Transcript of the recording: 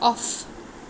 off